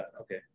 Okay